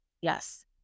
Yes